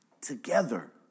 together